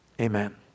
Amen